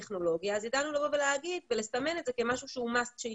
ידענו לסמן את זה כמשהו שחייב שיסופק.